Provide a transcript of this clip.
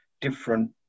Different